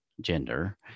gender